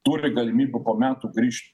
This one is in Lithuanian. turi galimybių po metų grįšt